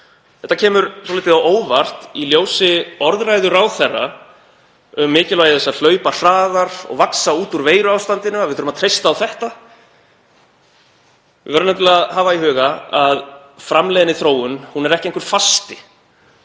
Þetta kemur svolítið á óvart í ljósi orðræðu ráðherra um mikilvægi þess að hlaupa hraðar og vaxa út úr veiruástandinu, að við þurfum að treysta á þetta. Við verðum nefnilega að hafa í huga að framleiðniþróun er ekki einhver fasti